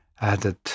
added